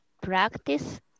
practice